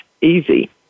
easy